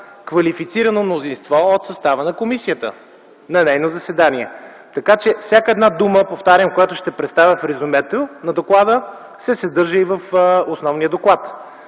квалифицирано мнозинство от състава на комисията на нейно заседание, така че всяка една дума, повтарям, която ще представя в резюмето на доклада, се съдържа и в основния доклад.